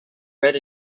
red